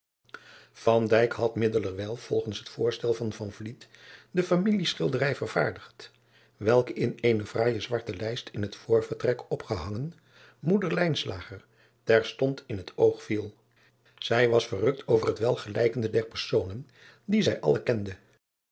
had middelerwijl volgens het voorstel van de familieschilderij vervaardigd welke in eene fraaije zwarte lijst in het voorvertrek opgehangen moeder terstond in het oog viel ij was verrukt over het weigelijkende der personen die zij alle kende